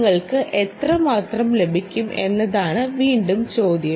നിങ്ങൾക്ക് എത്രമാത്രം ലഭിക്കും എന്നതാണ് വീണ്ടും ചോദ്യം